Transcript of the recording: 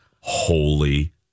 Holy